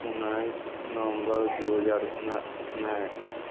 उनैस नवम्बर दू हजार उनै उनैस